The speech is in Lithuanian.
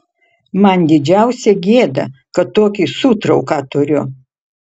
man didžiausia gėda kad tokį sūtrauką turiu